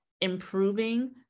improving